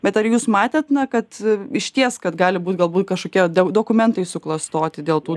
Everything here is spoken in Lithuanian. bet ar jūs matėt kad išties kad gali būti galbūt kažkokie dokumentai suklastoti dėl tų